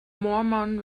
mormon